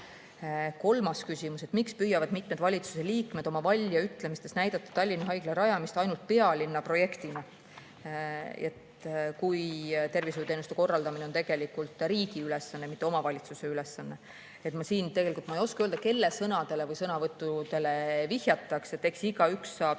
Kolmas küsimus: miks püüavad mitmed valitsuse liikmed oma väljaütlemistes näidata Tallinna Haigla rajamist ainult pealinna projektina, kui tervishoiuteenuste korraldamine on riigi, mitte omavalitsuse ülesanne? Ma tegelikult ei oska öelda, kelle sõnadele või sõnavõttudele siin viidatakse. Eks igaüks saab